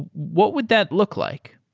what would that look like?